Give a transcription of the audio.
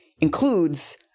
includes